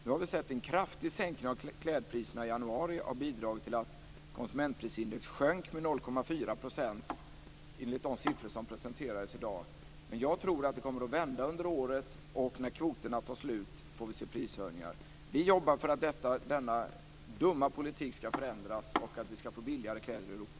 Vi har sett att en kraftig sänkning av klädpriserna i januari har bidragit till att konsumentprisindex sjönk med 0,4 % enligt de siffror som presenterats i dag men jag tror att det kommer att vända under året. När kvoterna tar slut får vi se prishöjningar. Vi jobbar för att denna dumma politik ska förändras och för att vi ska få billigare kläder i Europa.